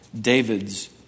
David's